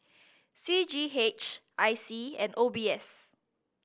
C G H I C and O B S